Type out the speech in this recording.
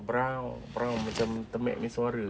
berang-berang macam kemeknya suara